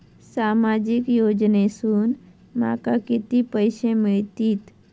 सामाजिक योजनेसून माका किती पैशे मिळतीत?